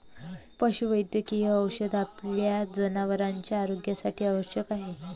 पशुवैद्यकीय औषध आपल्या जनावरांच्या आरोग्यासाठी आवश्यक आहे